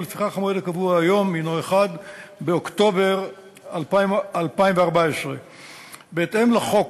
ולפיכך המועד הקבוע היום הוא 1 באוקטובר 2014. בהתאם לחוק,